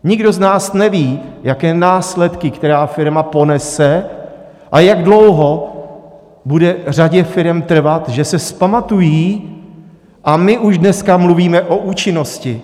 Nikdo z nás neví, jaké následky která firma ponese a jak dlouho bude řadě firem trvat, že se vzpamatují, a my už dneska mluvíme o účinnosti.